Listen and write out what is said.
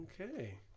okay